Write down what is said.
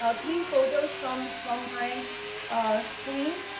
ah three photos from from my screen.